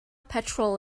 petrol